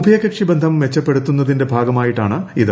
ഉഭയകക്ഷി ബന്ധം മെച്ചപ്പെടുത്തുന്നതിന്റെ ഭാഗമായിട്ടാണിത്